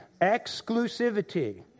Exclusivity